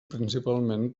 principalment